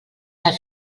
anar